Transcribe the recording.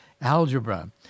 algebra